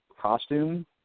costume